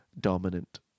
dominant